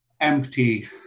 empty